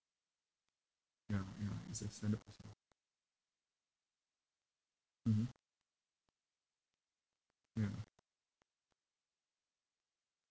ya ya it's a standard procedure mmhmm ya